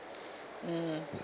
mm